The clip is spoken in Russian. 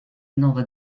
иного